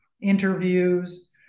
interviews